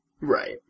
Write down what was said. right